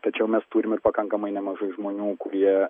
tačiau mes turim ir pakankamai nemažai žmonių kurie